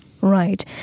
Right